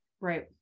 right